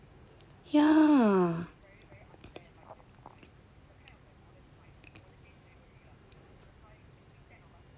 yeah